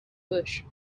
bush